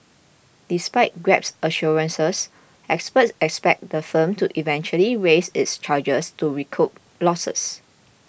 despite Grab's assurances experts expect the firm to eventually raise its charges to recoup losses